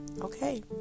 Okay